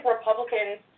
Republicans